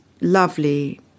lovely